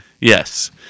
Yes